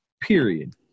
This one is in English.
period